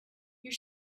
you